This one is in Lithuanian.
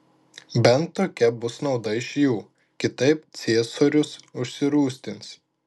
bent tokia bus nauda iš jų kitaip ciesorius užsirūstins